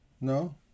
No